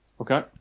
okay